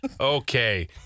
okay